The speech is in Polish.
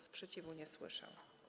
Sprzeciwu nie słyszę.